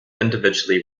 individually